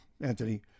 Anthony